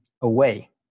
away